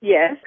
Yes